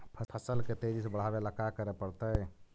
फसल के तेजी से बढ़ावेला का करे पड़तई?